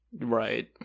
Right